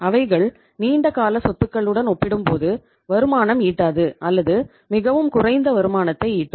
அவைகள் நீண்டகால சொத்துக்களுடன் ஒப்பிடும்போது வருமானம் ஈட்டாது அல்லது மிகவும் குறைந்த வருமானத்தை ஈட்டும்